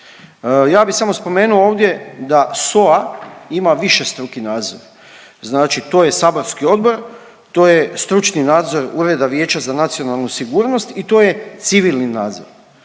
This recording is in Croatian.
Ja bi samo spomenuo ovdje da SOA ima višestruki naziv, znači to je saborski odbor, to je stručni nadzor Ureda vijeća za nacionalnu sigurnost i to je civilni nadzor.